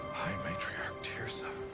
matriarch teersa.